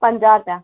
पंजाह रुपिया